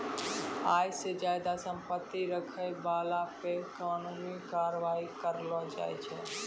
आय से ज्यादा संपत्ति रखै बाला पे कानूनी कारबाइ करलो जाय छै